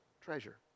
treasure